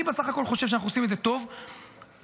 אני חושב שאנחנו עושים את זה טוב בסך הכול.